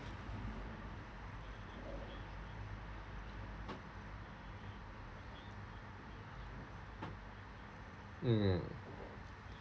mm